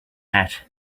hat